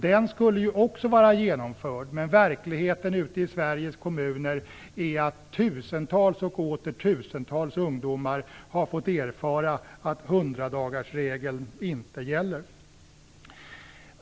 Den skulle ju också vara genomförd, men verkligheten ute i Sveriges kommuner är att tusentals och åter tusentals ungdomar har fått erfara att hundradagarsregeln inte gäller.